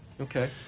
okay